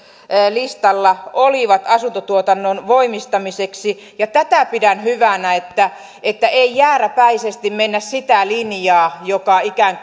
listalla olivat asuntotuotannon voimistamiseksi ja tätä pidän hyvänä että että ei jääräpäisesti mennä sitä linjaa joka ikään